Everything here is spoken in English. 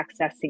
accessing